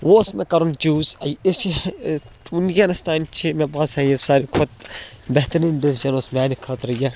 وۄنۍ اوس مےٚ کَرُن چوٗز أسۍ چھِ وٕنۍ کٮ۪نَس تام چھِ مےٚ باسان یہِ ساروی کھۄتہٕ بہتریٖن ڈیٚسِجَن اوس میٛانہِ خٲطرٕ یہِ